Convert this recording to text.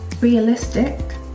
Realistic